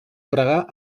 pregar